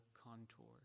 contour